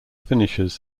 finishes